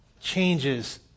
changes